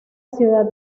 ciudad